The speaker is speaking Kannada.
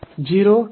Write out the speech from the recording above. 2 a